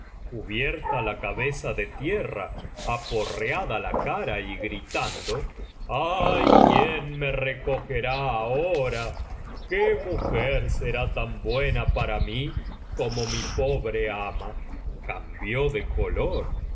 cubierta la cabeza de tierra aporreada la cara y gritando ay quién me recogerá ahora qué mujer será tan buena para mí como mi pobre ama cambió de color le